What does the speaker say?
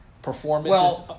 Performance